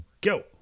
go